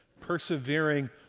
persevering